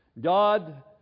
God